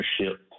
ownership